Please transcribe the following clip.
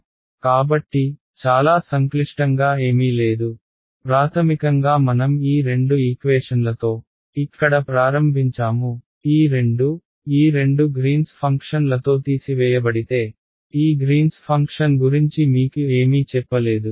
కాబట్టి చాలా సంక్లిష్టంగా ఏమీ లేదు ప్రాథమికంగా మనం ఈ రెండు ఈక్వేషన్లతో ఇక్కడ ప్రారంభించాము ఈ రెండు ఈ రెండు గ్రీన్స్ Greens ఫంక్షన్లతో తీసివేయబడితే ఈ గ్రీన్స్ ఫంక్షన్ గురించి మీకు ఏమీ చెప్పలేదు